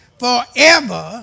forever